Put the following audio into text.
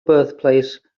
birthplace